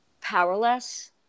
powerless